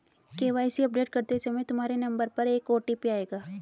KYC update करते समय तुम्हारे नंबर पर एक ओ.टी.पी आएगा